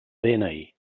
dni